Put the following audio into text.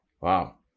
Wow